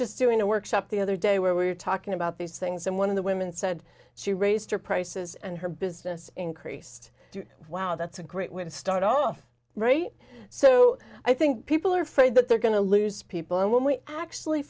just doing a workshop the other day where we were talking about these things and one of the women said she raised her prices and her business increased while that's a great way to start off right so i think people are afraid that they're going to lose people and when we actually